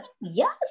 Yes